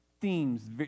themes